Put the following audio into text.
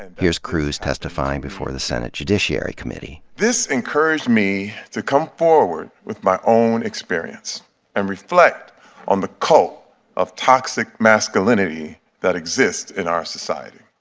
and here's crews testifying before the senate judiciary committee. this encouraged me to come forward with my own experience and reflect on the cult of toxic masculinity that exists in our society.